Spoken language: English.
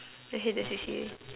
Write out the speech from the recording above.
I hate that C_C_A